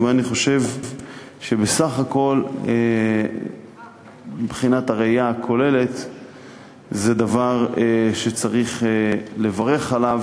ואני חושב שבסך הכול מבחינת הראייה הכוללת זה דבר שצריך לברך עליו.